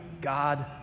God